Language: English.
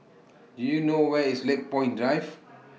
Do YOU know Where IS Lakepoint Drive